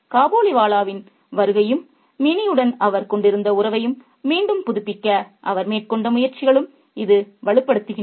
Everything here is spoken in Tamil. காபூலிவாலாவின் வருகையும் மினியுடன் அவர் கொண்டிருந்த உறவை மீண்டும் புதுப்பிக்க அவர் மேற்கொண்ட முயற்சிகளும் இது வலுப்படுத்துகின்றன